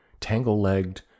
tangle-legged